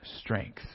strength